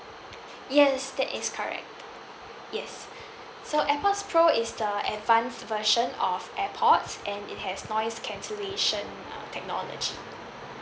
yes that is correct yes so AirPods pro is the advanced version of AirPods and it has noise cancellation uh technology